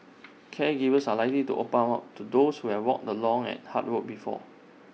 caregivers are likely to open up more to those who have walked the long and hard road before